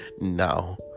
No